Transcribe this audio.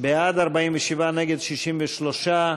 (2) של קבוצת סיעת מרצ,